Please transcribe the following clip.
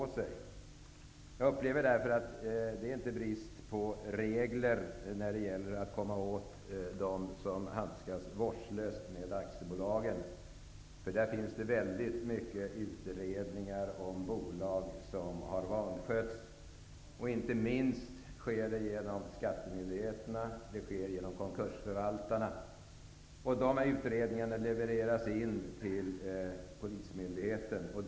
Det är inte någon brist på regler för att komma åt dem som handskas vårdslöst med aktiebolag. Det finns många utredningar om bolag som har vanskötts. Sådana sker inte minst genom skattemyndigheterna och konkursförvaltarna. Dessa utredningar levereras till polismyndigheten.